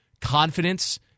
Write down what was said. Confidence